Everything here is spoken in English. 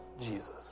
Jesus